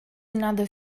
another